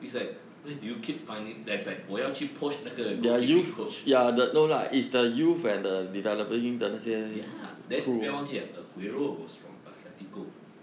it's like where do you keep finding there's like 我要去 poach 那个 goal keeping coach ya then 不要忘记 eh aguero was from atletico